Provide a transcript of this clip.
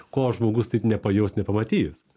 ko žmogus taip nepajaus nepamatys